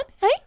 Hey